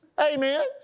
Amen